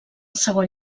segon